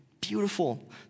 Beautiful